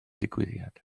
digwyddiad